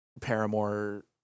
Paramore